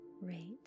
rate